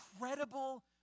incredible